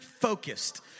focused